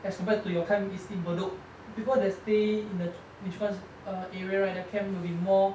as compared to your camp is in bedok people that stay in the niche err area right the camp will be more